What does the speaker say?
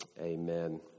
Amen